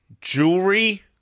jewelry